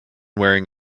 wearing